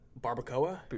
barbacoa